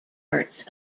arts